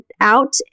out